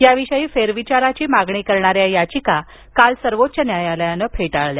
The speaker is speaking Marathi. याविषयी फेरविचाराची मागणी करणाऱ्या याचिका काल सर्वोच्च न्यायालयानं फेटाळल्या